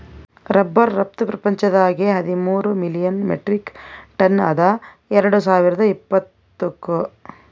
rubber ರಫ್ತು ಪ್ರಪಂಚದಾಗೆ ಹದಿಮೂರ್ ಮಿಲಿಯನ್ ಮೆಟ್ರಿಕ್ ಟನ್ ಅದ ಎರಡು ಸಾವಿರ್ದ ಇಪ್ಪತ್ತುಕ್